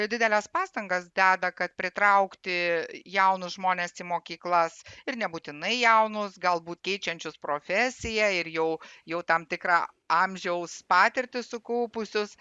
dideles pastangas deda kad pritraukti jaunus žmones į mokyklas ir nebūtinai jaunus galbūt keičiančius profesiją ir jau jau tam tikrą amžiaus patirtį sukaupusius